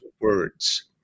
words